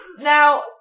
Now